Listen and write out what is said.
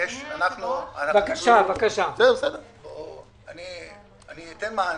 אני אתן מענה.